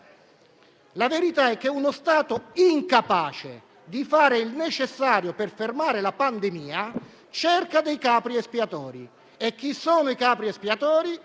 La verità è che uno Stato incapace di fare il necessario per fermare la pandemia cerca capri espiatori. E chi sono i capri espiatori?